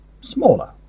smaller